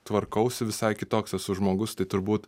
tvarkausi visai kitoks esu žmogus tai turbūt